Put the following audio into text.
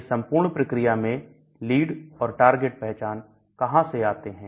इस संपूर्ण प्रक्रिया में लीड और टारगेट पहचान कहां से आते हैं